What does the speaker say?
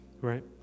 right